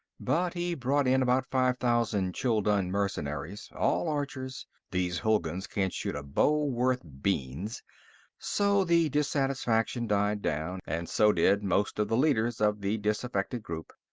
but he brought in about five thousand chuldun mercenaries, all archers these hulguns can't shoot a bow worth beans so the dissatisfaction died down, and so did most of the leaders of the disaffected group.